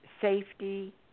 safety